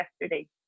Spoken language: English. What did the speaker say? yesterday